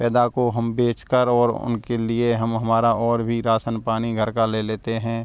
पैदा को हम बेच कर और उनके लिए हम हमारा और भी राशन पानी घर का ले लेते हैं